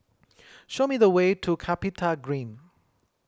show me the way to CapitaGreen